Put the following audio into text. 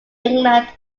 england